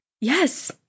Yes